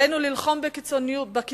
עלינו ללחום בקיצוניות